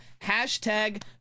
Hashtag